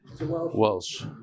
Welsh